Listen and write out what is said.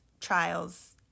trials